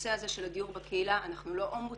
בנושא הזה של הדיור לקהילה אנחנו לא --- עדיין